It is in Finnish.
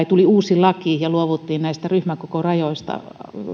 tuli uusi laki ja luovuttiin näistä ryhmäkokorajoista